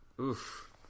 Oof